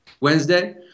Wednesday